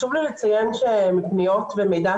אבל בואי נשאיר את זה רגע בצד.